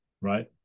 Right